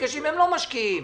הם לא משקיעים,